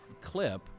clip –